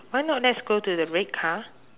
why not let's go to the red car